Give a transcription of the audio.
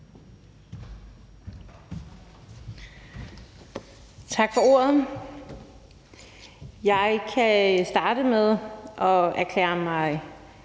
Tak for ordet. Jeg kan starte med at erklære mig